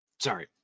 Sorry